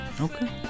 Okay